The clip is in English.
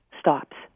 stops